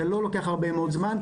זה לא לוקח הרבה מאוד זמן,